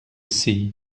see